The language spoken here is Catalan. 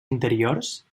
interiors